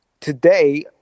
today